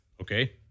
Okay